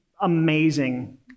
amazing